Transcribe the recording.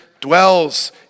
dwells